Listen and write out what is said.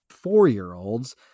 four-year-olds